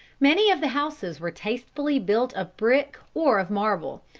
many of the houses were tastefully built of brick or of marble,